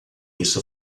isso